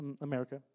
America